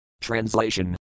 Translation